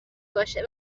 باشه